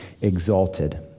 exalted